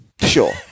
Sure